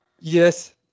Yes